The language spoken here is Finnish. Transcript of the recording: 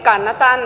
kannatan